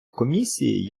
комісії